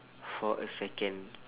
for a second